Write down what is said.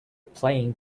playing